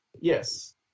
Yes